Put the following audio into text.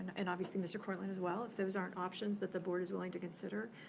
and obviously mr. kortlandt as well. if those aren't options that the board is willing to consider,